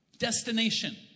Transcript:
Destination